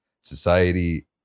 Society